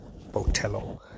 botello